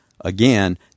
again